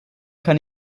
kann